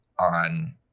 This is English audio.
on